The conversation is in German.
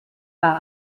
war